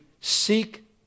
seek